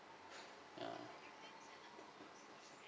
ya